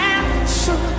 answer